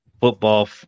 football